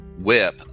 whip